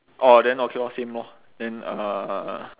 orh then okay orh same lor then uh